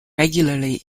regularly